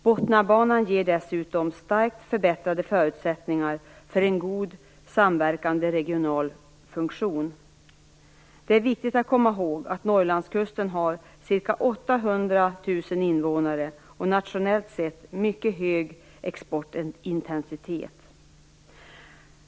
Botniabanan ger dessutom starkt förbättrade förutsättningar för en god samverkande regional funktion. Det är viktigt att komma ihåg att Norrlandskusten har ca 800 000 invånare och en nationellt sett mycket hög exportintensitet.